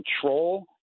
control